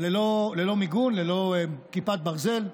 ללא מיגון, ללא כיפת ברזל,